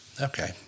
Okay